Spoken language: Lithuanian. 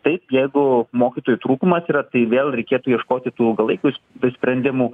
taip jeigu mokytojų trūkumas yra tai vėl reikėtų ieškoti tų ilgalaikų s sprendimų